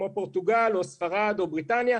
כמו פורטוגל או ספרד או בריטניה?